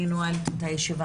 הישיבה ננעלה בשעה